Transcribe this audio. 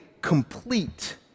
complete